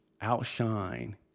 outshine